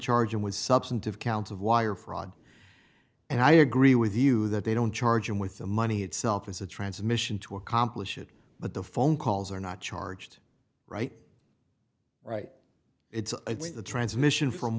charge him with substantive counts of wire fraud and i agree with you that they don't charge him with the money itself as a transmission to accomplish it but the phone calls are not charged right right it's the transmission from